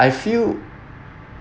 I feel